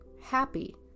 happy